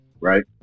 right